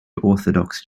orthodox